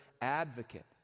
advocate